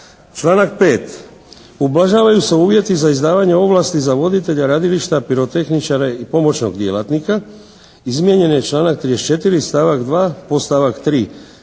Članak 5. ublažavaju se uvjeti za izdavanje ovlasti za voditelja radilišta pirotehničara i pomoćnog djelatnika. Izmijenjen je članak 34. stavak 2. podstavak 3.